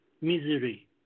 misery